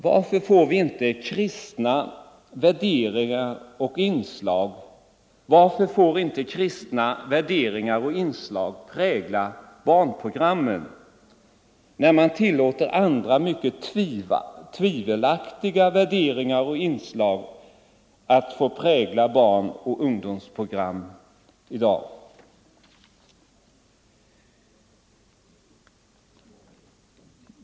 Varför får inte kristna värderingar och inslag prägla barnprogrammen, när man tilllåter andra, mycket tvivelaktiga värderingar och inslag att prägla barnoch ungdomsprogram i dag?